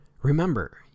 Remember